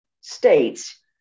states